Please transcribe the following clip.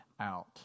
out